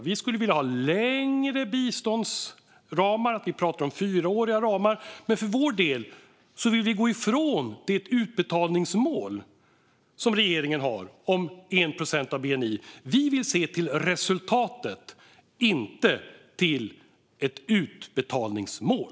Vi skulle vilja ha längre biståndsramar. Vi talar om fyraåriga ramar. För vår del vill vi gå ifrån det utbetalningsmål som regeringen har om 1 procent av bni. Vi vill se till resultatet, inte till ett utbetalningsmål.